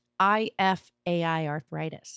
IFAIarthritis